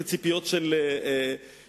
זה ציפיות של ילד,